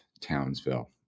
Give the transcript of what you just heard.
Townsville